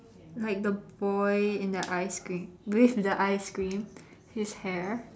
like the boy and the ice cream with the ice cream his hair